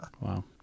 Wow